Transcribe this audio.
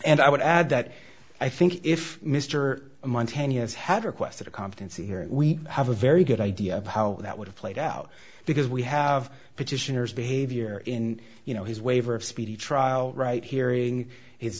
and i would add that i think if mr among ten years had requested a competency hearing we have a very good idea of how that would have played out because we have petitioners behavior in you know his waiver of speedy trial right hearing